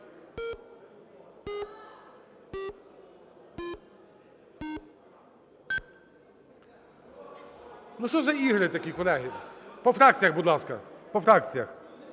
Що за ігри такі, колеги? По фракціях, будь ласка. По фракціях: